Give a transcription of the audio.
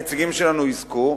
שהנציגים שלנו יזכו.